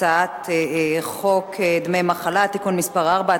הצעת חוק דמי מחלה (תיקון מס' 4),